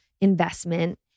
investment